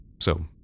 So